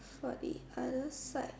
for the other side